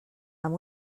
amb